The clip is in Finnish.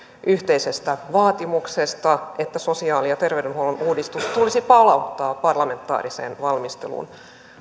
yhteisestä vaatimuksesta että sosiaali ja terveydenhuollon uudistus tulisi palauttaa parlamentaariseen valmisteluun